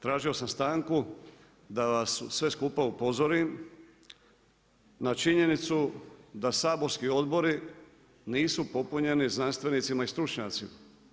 Tražio sam stanku da vas sve skupa upozorim na činjenicu da saborski odbori nisu popunjeni znanstvenicima i stručnjacima.